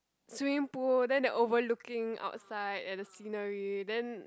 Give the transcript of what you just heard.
swimming pool then they're overlooking outside at the scenery then